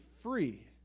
free